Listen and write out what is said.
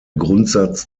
grundsatz